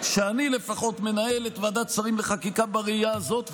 שאני לפחות מנהל את ועדת השרים לחקיקה בראייה הזאת,